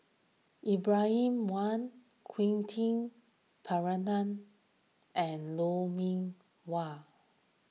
Ibrahim Awang Quentin Pereira and Lou Mee Wah